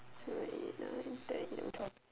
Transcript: seven eight nine ten eleven twelve